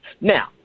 Now